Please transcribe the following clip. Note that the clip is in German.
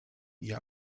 ihr